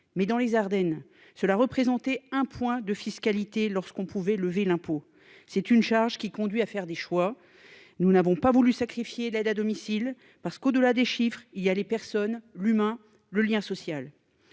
mais dans les Ardennes. Cela représentait un point de fiscalité lorsqu'on pouvait lever l'impôt, c'est une charge qui conduit à faire des choix. Nous n'avons pas voulu sacrifier l'aide à domicile parce qu'au-delà des chiffres il y a les personnes l'humain, le lien social.